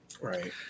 right